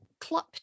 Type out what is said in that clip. club